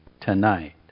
tonight